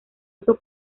uso